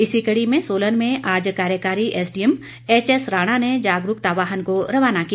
इसी कड़ी में सोलन में आज कार्यकारी एसडीएम एच एस राणा ने जागरूकता वाहन को रवाना किया